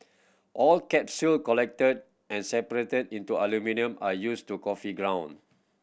all capsule collected are separated into aluminium and used to coffee ground